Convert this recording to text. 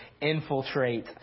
infiltrate